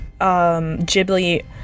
Ghibli